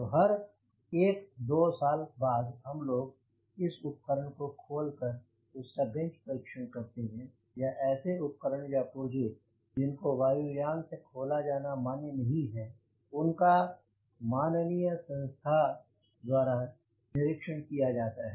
तो हर एक दो साल बाद हम लोग इस उपकरण को खोल कर उसका बेंच परीक्षण करते हैं या ऐसे उपकरण या पुर्जे जिनको वायु यान से खोला जाना मान्य नहीं है उनका माननीय संस्था द्वारा निरीक्षण किया जाता है